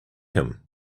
him